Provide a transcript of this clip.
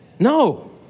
no